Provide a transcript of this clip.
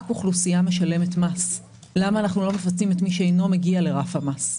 אוכלוסייה משלמת מס ולא את מי שאינו מגיע לרף המס?